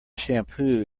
shampoo